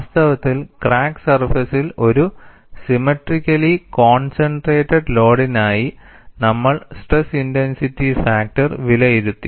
വാസ്തവത്തിൽ ക്രാക്ക് സർഫേസിൽ ഒരു സിമെട്രികെലി കോൺസെൻട്രേറ്റഡ് ലോഡിനായി നമ്മൾ സ്ട്രെസ് ഇൻടെൻസിറ്റി ഫാക്ടർ വിലയിരുത്തി